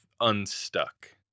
unstuck